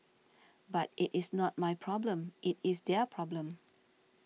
but it is not my problem it is their problem